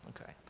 Okay